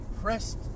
pressed